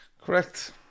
Correct